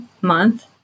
month